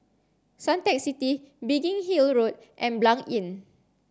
Suntec City Biggin Hill Road and Blanc Inn